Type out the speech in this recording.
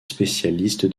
spécialiste